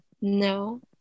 no